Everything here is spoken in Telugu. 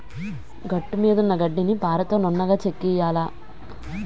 గట్టుమీదున్న గడ్డిని పారతో నున్నగా చెక్కియ్యాల